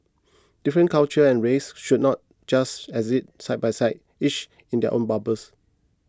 different cultures and races should not just exist side by side each in their own bubbles